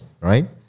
right